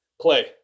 play